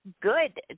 good